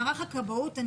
מערך הכבאות,